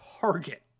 target